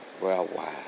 worldwide